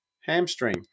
hamstring